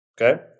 Okay